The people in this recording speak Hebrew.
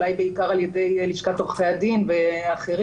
אולי בעיקר על ידי לשכת עורכי הדין ואחרים.